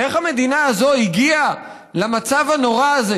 איך המדינה הגיעה למצב הנורא הזה,